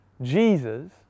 Jesus